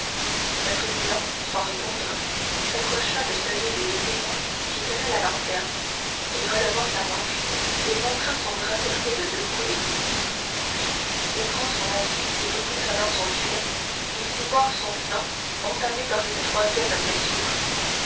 le président sans répondre s'approcha de celui des deux témoins qui tenait la lanterne et relevant sa manche il montra son bras percé de deux coups d'épée puis ouvrant son habit et déboutonnant son gilet il fit voir son flanc entamé par une troisième blessure